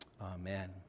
Amen